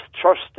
trust